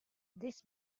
this